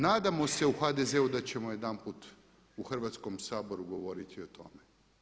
Nadamo se u HDZ-u da ćemo jedanput u Hrvatskom saboru govoriti o tome.